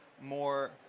more